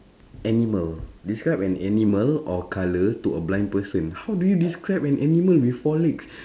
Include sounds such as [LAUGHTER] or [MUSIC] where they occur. animal describe an animal or colour to a blind person how do you describe an animal with four legs [BREATH]